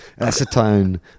Acetone